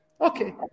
Okay